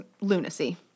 lunacy